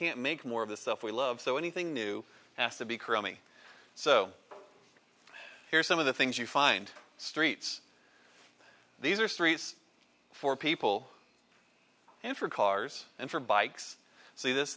can't make more of the stuff we love so anything new has to be crummy so here's some of the things you find streets these are streets for people in for cars and for bikes see this